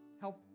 Help